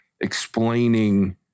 explaining